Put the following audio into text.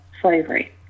slavery